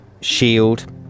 SHIELD